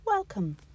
Welcome